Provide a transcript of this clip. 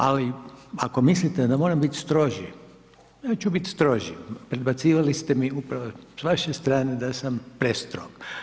Ali ako mislite da moram biti stroži, ja ću biti stroži, predbacivali ste mi upravo s vaše strane da sam prestrog.